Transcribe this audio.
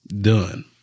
Done